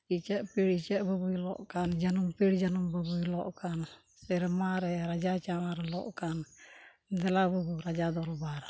ᱤᱪᱟᱹᱜ ᱯᱤᱲ ᱤᱪᱟᱹᱜ ᱵᱟᱹᱵᱩᱭ ᱞᱚᱜ ᱠᱟᱱ ᱡᱟᱹᱱᱩᱢ ᱯᱤᱲ ᱡᱟᱹᱱᱩᱢ ᱵᱟᱹᱵᱩᱭ ᱞᱚᱜ ᱠᱟᱱ ᱥᱮᱨᱢᱟ ᱨᱮ ᱨᱟᱡᱽᱟᱜ ᱪᱟᱶᱟᱨ ᱞᱚᱜ ᱠᱟᱱ ᱫᱮᱞᱟ ᱵᱟᱹᱵᱩ ᱨᱟᱡᱟ ᱫᱚᱨᱵᱟᱨ